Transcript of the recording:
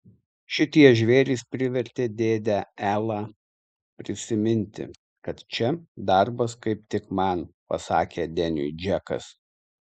šitie žvėrys privertė dėdę elą prisiminti kad čia darbas kaip tik man pasakė deniui džekas